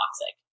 toxic